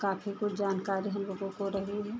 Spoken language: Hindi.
काफ़ी कुछ जानकारी हमलोगों को रही है